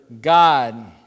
God